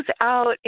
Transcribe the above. out